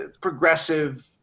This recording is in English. progressive